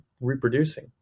reproducing